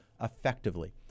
effectively